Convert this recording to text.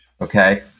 okay